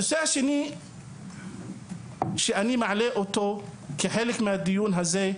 הנושא השני שאני מעלה אותו כחלק מהדיון הזה,